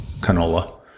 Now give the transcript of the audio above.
canola